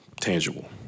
tangible